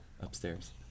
upstairs